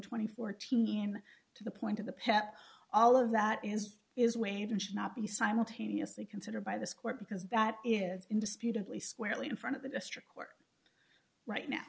twenty four teen to the point of the pet all of that is is weighed and should not be simultaneously considered by this court because that is in dispute of lee squarely in front of the district court right now